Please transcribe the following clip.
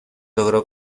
logró